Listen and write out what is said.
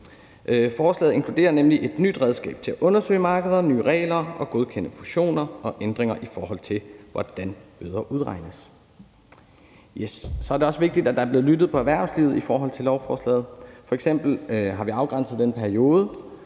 Forslaget inkluderer nemlig et nyt redskab til at undersøge markeder, nye regler for godkendelse af fusioner og ændringer af, hvordan bøder udregnes. Det er også vigtigt, at der er blevet lyttet til erhvervslivet i forhold til lovforslaget. F.eks. har vi afgrænset perioden